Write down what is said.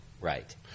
right